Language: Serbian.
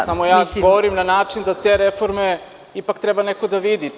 Samo, ja govorim na način da te reforme ipak treba neko da vidi.